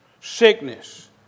sickness